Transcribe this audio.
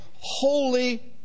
holy